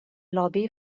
lobby